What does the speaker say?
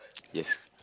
yes